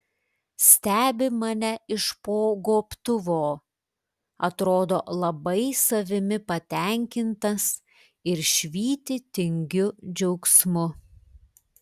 stebi mane iš po gobtuvo atrodo labai savimi patenkintas ir švyti tingiu džiaugsmu